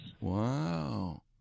Wow